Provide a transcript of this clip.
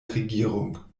regierung